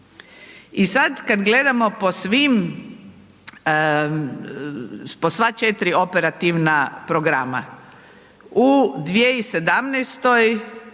I sad kad gledamo po svim, po sva 4 operativna programa, u 2017.